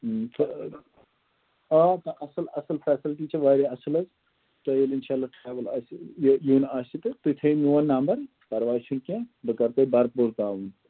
تہٕ آ اصٕل اصٕل فیسلٹی چھِ واریاہ اصٕل حظ تۄہہِ ییٚلہِ اِنشاء اللہ ٹرٛیوٕل آسہِ یہِ یُن آسہِ تہٕ تُہۍ تھٲیِو میون نمبَر پَرواے چھِنہٕ کیٚنہہ بہٕ کَرٕ تۄہہِ بَرپوٗر تعاوُن